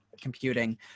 computing